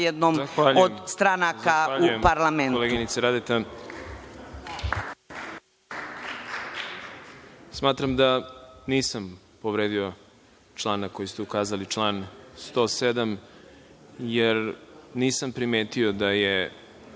jednom od stranaka u parlamentu.